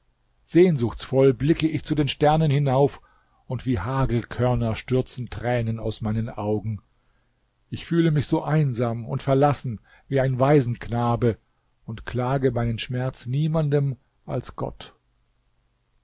sehnsuchtsvoll blicke ich zu den sternen hinauf und wie hagelkörner stürzen tränen aus meinen augen ich fühle mich so einsam und verlassen wie ein waisenknabe und klage meinen schmerz niemandem als gott